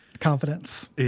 confidence